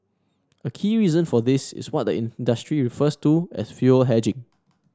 a key reason for this is what the in industry refers to as fuel hedging